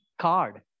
card